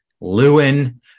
lewin